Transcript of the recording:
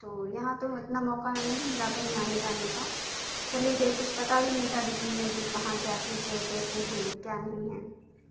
تو یھاں تو اتنا موقع نہیں ملا کہیں آنے جانے کا چلی گئی کچھ پتہ بھی نہیں تھا دلی میں کہ کہاں کیا چیز ہے کیسے ہیں کیا نہیں ہیں